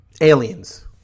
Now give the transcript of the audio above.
Aliens